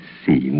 see